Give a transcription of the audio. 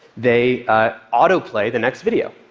they autoplay the next video.